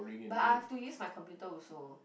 but I have to use my computer also